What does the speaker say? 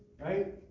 right